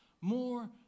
more